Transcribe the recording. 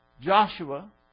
Joshua